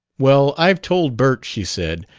well, i've told bert, she said,